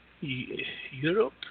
Europe